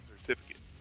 certificate